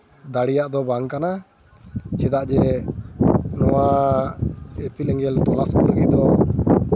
ᱫᱟᱲᱮᱭᱟᱜ ᱫᱚ ᱵᱟᱝ ᱠᱟᱱᱟ ᱪᱮᱫᱟᱜ ᱡᱮ ᱱᱚᱣᱟ ᱤᱯᱤᱞ ᱮᱸᱜᱮᱞ ᱛᱚᱞᱟᱥ ᱞᱟᱹᱜᱤᱫ ᱫᱚ